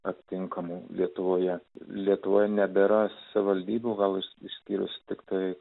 aptinkamas lietuvoje lietuvoje nebėra savivaldybių vadovus išskyrus tiktai